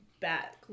back